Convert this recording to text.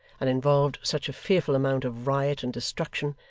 and involved such a fearful amount of riot and destruction,